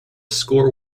score